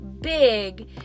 big